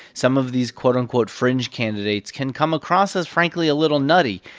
some of these, quote, unquote, fringe candidates can come across as, frankly, a little nutty,